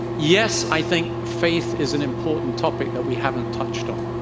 yes, i think faith is an important topic that we haven't touched on.